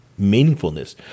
meaningfulness